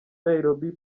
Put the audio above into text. nairobi